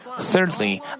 Thirdly